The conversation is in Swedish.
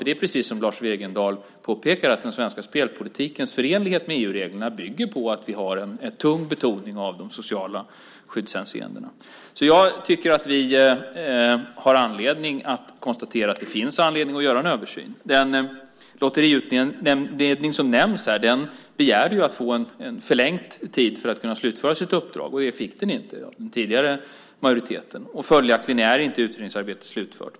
Det är precis som Lars Wegendal påpekar, att den svenska spelpolitikens förenlighet med EU-reglerna bygger på att vi har en tung betoning av de sociala skyddshänseendena. Vi kan konstatera att det finns anledning att göra en översyn. Den lotteriutredning som nämns här begärde att få en förlängd tid för att kunna slutföra sitt uppdrag, men det fick den inte av den tidigare majoriteten. Följaktligen är inte utredningsarbetet slutfört.